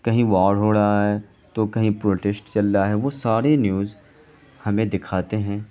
کہیں وار ہو رہا ہے تو کہیں پروٹیسٹ چل رہا ہے وہ ساری نیوز ہمیں دکھاتے ہیں